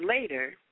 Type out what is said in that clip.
later